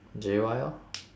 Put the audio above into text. J Y lor